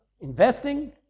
Investing